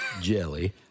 jelly